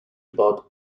about